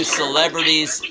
celebrities